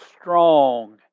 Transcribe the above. strong